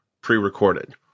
pre-recorded